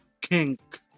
kink